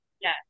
yes